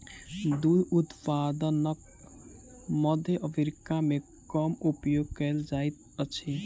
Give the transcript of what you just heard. दूध उत्पादनक मध्य अफ्रीका मे कम उपयोग कयल जाइत अछि